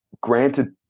Granted